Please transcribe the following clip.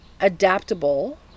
adaptable